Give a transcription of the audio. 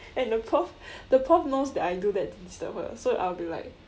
and the prof the prof knows that I do that to disturb her so I would be like